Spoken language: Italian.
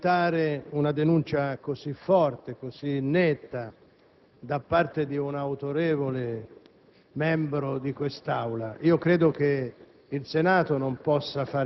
Senatore Matteoli, le